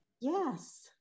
Yes